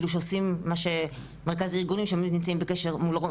שעושים מה שמרכז הארגונים עושה שהם נמצאים בקשר מול רוב.